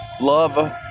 love